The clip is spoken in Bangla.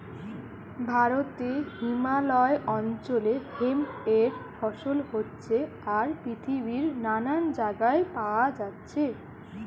ভারতে হিমালয় অঞ্চলে হেম্প এর ফসল হচ্ছে আর পৃথিবীর নানান জাগায় পায়া যাচ্ছে